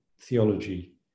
theology